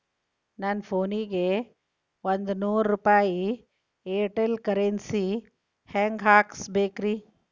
ನನ್ನ ಫೋನಿಗೆ ಒಂದ್ ನೂರು ರೂಪಾಯಿ ಏರ್ಟೆಲ್ ಕರೆನ್ಸಿ ಹೆಂಗ್ ಹಾಕಿಸ್ಬೇಕ್ರಿ?